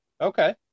Okay